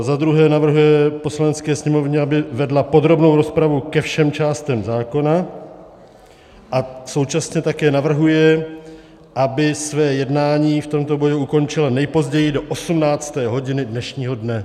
Za druhé navrhuje Poslanecké sněmovně, aby vedla podrobnou rozpravu ke všem částem zákona, a současně také navrhuje, aby své jednání v tomto bodě ukončila nejpozději do 18. hodiny dnešního dne.